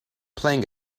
playing